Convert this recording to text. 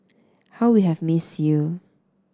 how we have miss you